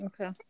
Okay